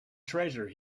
treasure